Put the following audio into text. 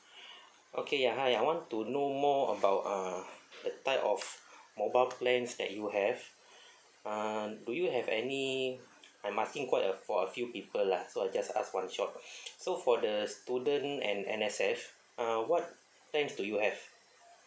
okay hi I want to know more about uh the type of mobile plans that you have uh do you have any I'm asking quite uh for a few people lah so I just ask one shot so for the student and N_S_F uh what plans do you have